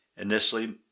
Initially